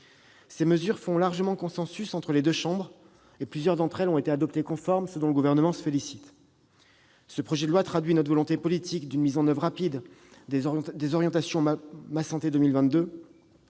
Ces mesures font largement consensus entre les deux chambres ; plusieurs d'entre elles ont d'ailleurs été adoptées conformes, ce dont le Gouvernement se félicite. Ce projet de loi traduit notre volonté politique d'une mise en oeuvre rapide des orientations du plan « Ma santé 2022 ».